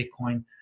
Bitcoin